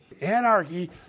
Anarchy